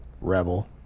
rebel